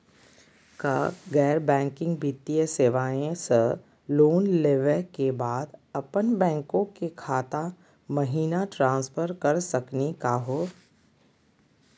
का गैर बैंकिंग वित्तीय सेवाएं स लोन लेवै के बाद अपन बैंको के खाता महिना ट्रांसफर कर सकनी का हो?